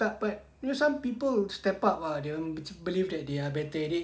tak you know some people would step up ah dorang macam believe that they are better at it